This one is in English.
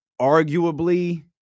Arguably